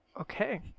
Okay